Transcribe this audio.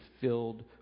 filled